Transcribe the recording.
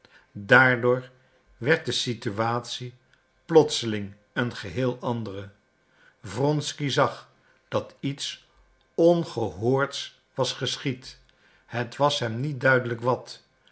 daardoor werd de situatie plotseling een geheel andere wronsky zag dat iets ongehoords was geschied het was hem niet duidelijk wat